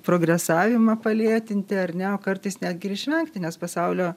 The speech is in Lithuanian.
progresavimą palėtinti ar ne o kartais netgi išvengti nes pasaulio